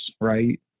right